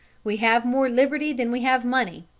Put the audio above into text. we have more liberty than we have money.